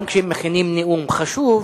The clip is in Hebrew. גם כשהם מכינים נאום חשוב,